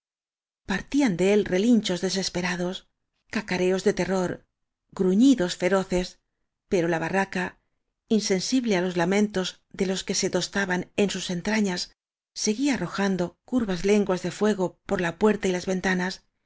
partían de él relinchos desesperados ca careos de terror gruñidos feroces pero la ba rraca insensible á los lamentos de los que se tostaban en sus entrañas seguía arrojando cur vas lenguas de fuego por la puerta y las venta